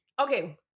Okay